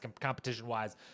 competition-wise